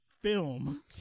film